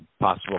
possible